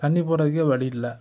தண்ணி போகிறதுக்கே வழி இல்லை